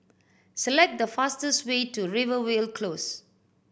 select the fastest way to Rivervale Close